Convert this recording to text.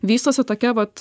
vystosi tokia vat